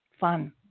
fun